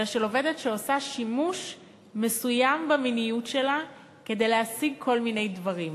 אלא של עובדת שעושה שימוש מסוים במיניות שלה כדי להשיג כל מיני דברים.